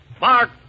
Mark